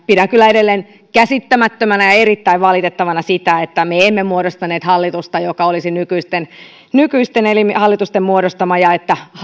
pidän kyllä edelleen käsittämättömänä ja erittäin valitettavana sitä että me emme muodostaneet hallitusta joka olisi nykyisten nykyisten hallitusten muodostama ja että